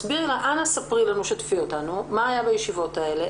אנא שתפי אותנו מה היה בישיבות האלה?